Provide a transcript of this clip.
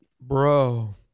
bro